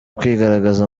kwigaragaza